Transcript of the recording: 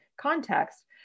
context